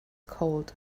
cold